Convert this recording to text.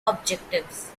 objectives